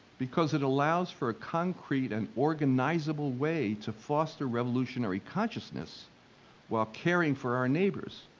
because it allows for a concrete and organizable way to foster revolutionary consciousness while caring for our neighbors,